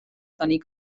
tenir